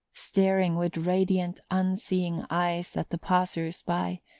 staring with radiant unseeing eyes at the passersby,